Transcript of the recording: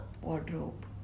wardrobe